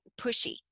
Pushy